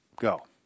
Go